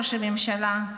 ראש הממשלה,